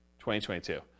2022